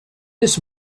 this